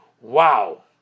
wow